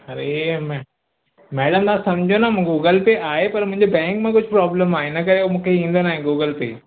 अड़े मै मैडम तव्हां समुझो न मूं गूगल पे आहे पर मुंहिंजे बैंक में कुझु प्रोब्लम आहे हिन करे उहो मूंखे ईंदो नाहे गूगल पे